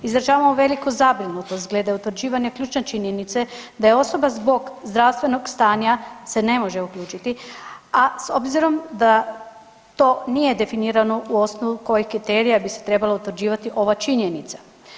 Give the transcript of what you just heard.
Izražavamo veliku zabrinutost glede utvrđivanja ključne činjenice da je osoba zbog zdravstvenog stanja se ne može uključiti, a s obzirom da to nije definirano u osnovu kojeg kriterija bi se trebalo utvrđivati ova činjenica.